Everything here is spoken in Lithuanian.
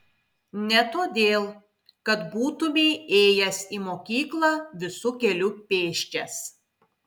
ne todėl kad būtumei ėjęs į mokyklą visu keliu pėsčias